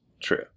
true